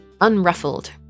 unruffled